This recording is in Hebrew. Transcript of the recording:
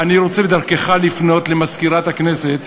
אני רוצה דרכך לפנות למזכירת הכנסת